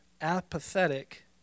apathetic